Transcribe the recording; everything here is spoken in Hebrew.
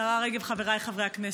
השרה רגב, חבריי חברי הכנסת,